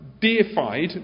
deified